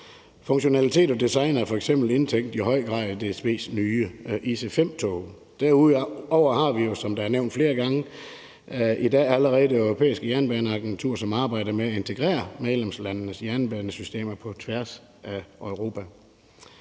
Funktionalitet og design er f.eks. i høj grad indtænkt i DSB's nye IC5-tog. Derudover har vi jo, som det er blevet nævnt flere gange, i dag allerede Det Europæiske Jernbaneagentur, som arbejder med at integrere medlemslandenes jernbanesystemer på tværs af Europa.